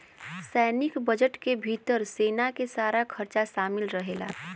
सैनिक बजट के भितर सेना के सारा खरचा शामिल रहेला